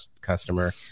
customer